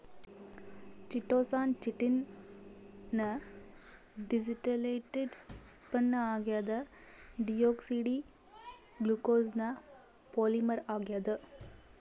chitosan chitin ನ deacetylated ಉತ್ಪನ್ನ ಆಗ್ಯದ ಡಿಯೋಕ್ಸಿ ಡಿ ಗ್ಲೂಕೋಸ್ನ ಪಾಲಿಮರ್ ಆಗ್ಯಾದ